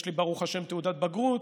יש לי ברוך השם תעודת בגרות,